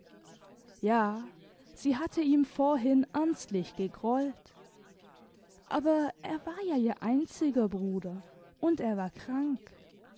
ja sie hatte ihm vorhin ernstlich gegrollt aber er war ja ihr einziger bruder und er war krank